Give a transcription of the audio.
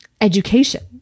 education